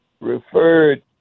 referred